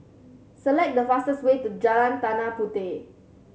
select the fastest way to Jalan Tanah Puteh